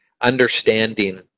understanding